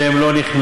שהם לא נכנעו,